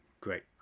great